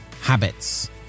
habits